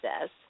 says